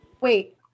Wait